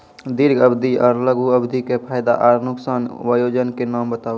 दीर्घ अवधि आर लघु अवधि के फायदा आर नुकसान? वयोजना के नाम बताऊ?